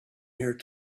here